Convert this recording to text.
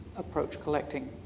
approach collecting.